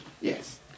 yes